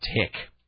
tick